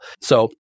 So-